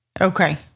Okay